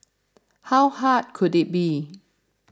how hard could it be